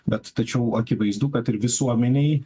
bet tačiau akivaizdu kad ir visuomenei